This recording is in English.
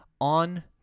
on